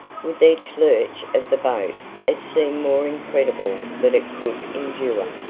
with each lurch of the boat it seemed more incredible that it could endure.